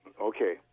Okay